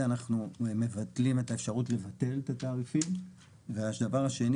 שזה שאנחנו מבטלים את האפשרות לבטל את התעריפים והדבר השני,